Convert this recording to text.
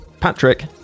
patrick